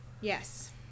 yes